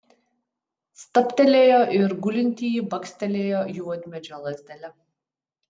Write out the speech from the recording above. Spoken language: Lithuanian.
stabtelėjo ir gulintįjį bakstelėjo juodmedžio lazdele